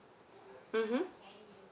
mmhmm